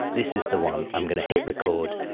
this is the one. i'm going to hit record.